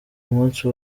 munsi